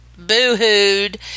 boo-hooed